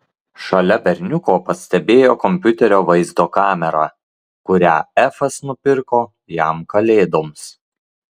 šalia berniuko pastebėjo kompiuterio vaizdo kamerą kurią efas nupirko jam kalėdoms